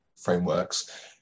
frameworks